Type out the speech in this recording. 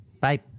Bye